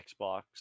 Xbox